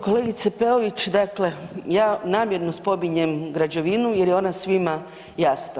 Kolegice Peović, dakle, ja namjerno spominjem građevinu jer je ona svima jasna.